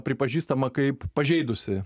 pripažįstama kaip pažeidusi